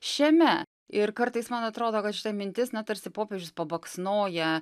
šiame ir kartais man atrodo kad šita mintis na tarsi popiežius pabaksnoja